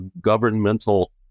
governmental